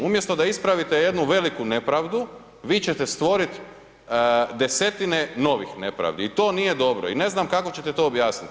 Umjesto da ispravite jednu veliku nepravdu vi ćete stvoriti desetine novih nepravdi i to nije dobro i ne znam kako ćete to objasniti.